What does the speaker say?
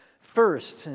First